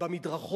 אם על המדרכות,